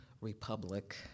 republic